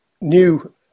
new